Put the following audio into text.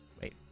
Wait